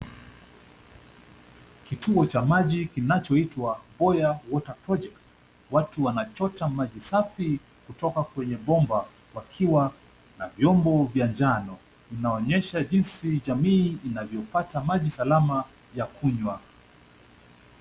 Kituo cha maji kinachoitwa Boya water project . Watu wanachota maji safi kutoka kwenye bomba, wakiwa na vyombo vya njano. Inaonyesha jinsi jamii inavyopata maji salama ya kunywa.